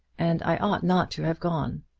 and i ought not to have gone.